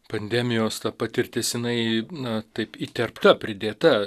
pandemijos ta patirtis jinai na taip įterpta pridėta